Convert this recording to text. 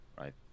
right